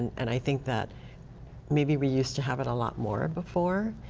and i think that maybe we use to have it a lot more before.